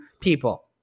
people